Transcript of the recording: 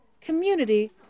community